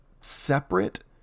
separate